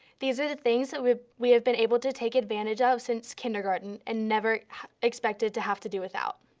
these are the things that we we have been able to take advantage of since kindergarten and never expected to have to do without.